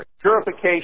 Purification